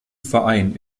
verein